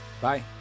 Bye